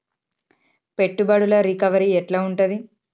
పెట్టుబడుల రికవరీ ఎట్ల ఉంటది?